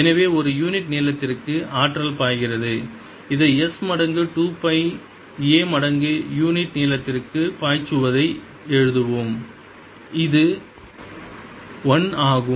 எனவே ஒரு யூனிட் நீளத்திற்கு ஆற்றல் பாய்கிறது இதை S மடங்கு 2 பை a மடங்கு யூனிட் நீளத்திற்கு பாய்ச்சுவதை எழுதுவோம் இது 1 ஆகும்